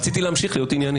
רציתי להמשיך להיות ענייני.